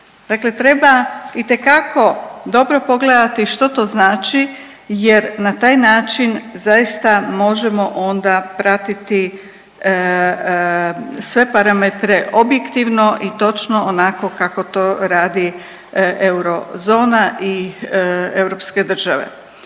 treba itekako dobro pogledati što to znači, jer na taj način zaista možemo onda pratiti sve parametre objektivno i točno onako kako to radi eurozona i europske države.